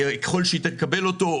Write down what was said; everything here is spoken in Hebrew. ככל שהיא תקבל אותו,